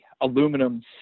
aluminum